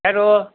ಯಾರು